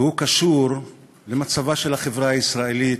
והוא קשור למצבה של החברה הישראלית,